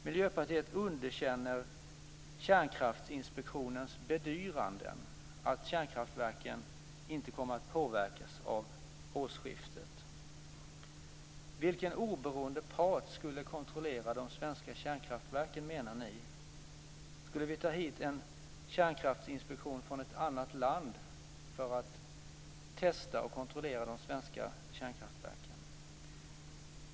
Miljöpartiet underkänner Kärnkraftinspektionens bedyranden att kärnkraftverken inte kommer att påverkas av årsskiftet. Vilken oberoende part skulle kontrollera de svenska kärnkraftverken, menar ni i Miljöpartiet? Skulle vi ta hit en kärnkraftinspektion från ett annat land för att testa och kontrollera de svenska kärnkraftverken?